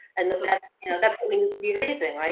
and that's and that's what we need to be raising, right,